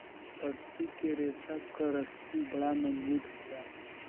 पत्ती के रेशा क रस्सी बड़ा मजबूत होला